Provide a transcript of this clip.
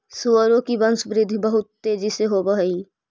सुअरों की वंशवृद्धि बहुत तेजी से होव हई